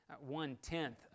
one-tenth